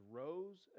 rose